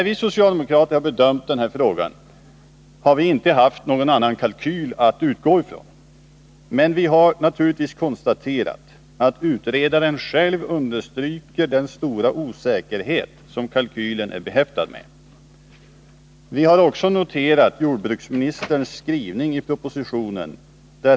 Vid bedömningen av denna fråga har vi socialdemokrater inte haft någon annan kalkyl att utgå ifrån. Men vi har naturligtvis konstaterat att utredaren själv understryker den stora osäkerhet som kalkylen är behäftad med. Vi har också noterat jordbruksministerns skrivning i propositionen.